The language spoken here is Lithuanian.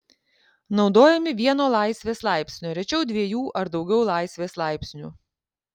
naudojami vieno laisvės laipsnio rečiau dviejų ar daugiau laisvės laipsnių